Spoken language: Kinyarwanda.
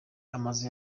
amazu